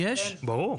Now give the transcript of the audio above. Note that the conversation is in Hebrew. ברור.